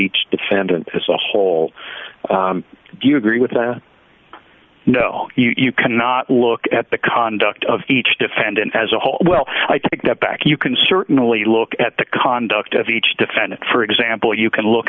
each defendant as a whole do you agree with that no you cannot look at the conduct of each defendant as a whole well i take that back you can certainly look at the conduct of each defendant for example you can look